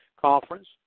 Conference